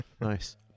Nice